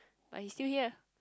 but he's still here